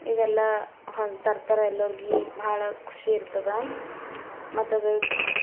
ಇವೆಲ್ಲ ಹೋಗಿ ತರ್ತಾರೆ ಎಲ್ಲರಿಗೆ ಭಾಳ ಖುಷಿ ಇರ್ತದ ಮತ್ತದ್ರದ್ದು